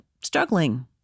struggling